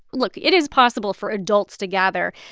look, it is possible for adults to gather,